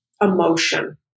emotion